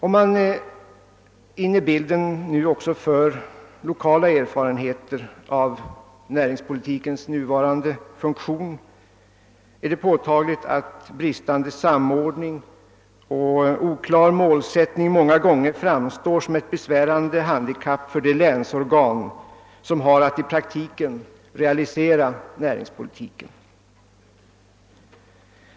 Om man in i bilden också för lokala erfarenheter av näringspolitikens nuvarande funktion, är det påtagligt att bristande samordning och oklar målsättning många gånger framstår som ett besvärande handikapp för de länsorgan som har att i praktiken realisera näringspolitiken.